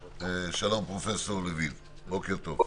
שלום, פרופ' לוין, בוקר טוב.